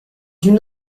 une